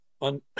on